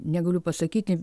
negaliu pasakyti